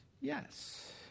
Yes